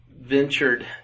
ventured